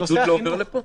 בידוד לא עובר לפה?